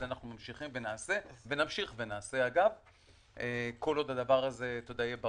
זה אנו עושים נמשיך ונעשה כל עוד זה יהיה ברקע.